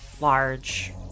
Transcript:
large